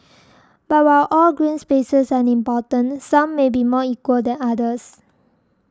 but while all green spaces are important some may be more equal than others